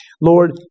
Lord